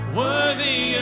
worthy